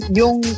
yung